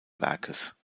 werkes